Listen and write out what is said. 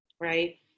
right